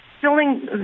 filling